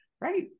right